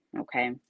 okay